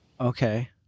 Okay